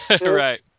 Right